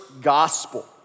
gospel